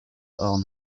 horn